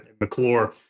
McClure